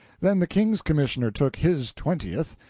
then the king's commissioner took his twentieth,